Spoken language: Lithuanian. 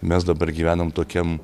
mes dabar gyvenam tokiam